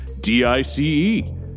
d-i-c-e